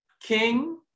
King